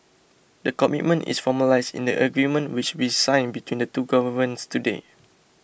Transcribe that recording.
the commitment is formalised in the agreement which we signed between the two governments today